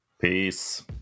Peace